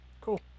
cool